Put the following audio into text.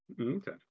Okay